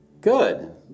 Good